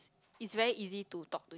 it's very easy to talk to you